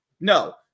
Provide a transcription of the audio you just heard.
No